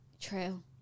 True